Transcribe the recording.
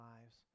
lives